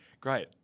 great